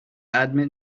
admin